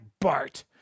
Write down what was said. Bart